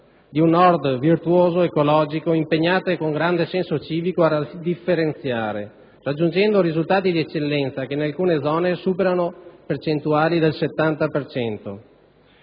di un Nord virtuoso, ecologico ed impegnato con grande senso civico a differenziare, raggiungendo risultati di eccellenza che in alcune zone superano percentuali del 70